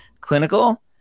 clinical